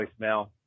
voicemail